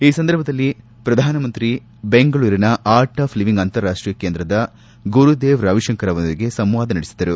ಈ ಸಂದರ್ಭದಲ್ಲಿ ಪ್ರಧಾನಮಂತ್ರಿ ನರೇಂದ್ರಮೋದಿ ಬೆಂಗಳೂರಿನ ಆರ್ಟ್ ಆಫ್ ಲೀವಿಂಗ್ ಅಂತಾರಾಷ್ಟೀಯ ಕೇಂದ್ರದ ಗುರುದೇವ್ ರವಿಶಂಕರ್ ಅವರೊಂದಿಗೆ ಸಂವಾದ ನಡೆಸಿದರು